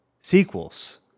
sequels